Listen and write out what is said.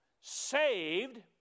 saved